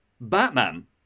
Batman